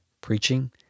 preaching